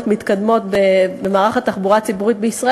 מתקדמות במערך התחבורה הציבורית בישראל.